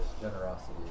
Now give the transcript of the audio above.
generosity